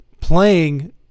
playing